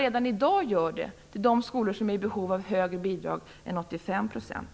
Redan i dag gör man ju det till de skolor som är i behov av högre bidrag än 85 %.